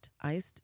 Iced